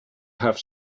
have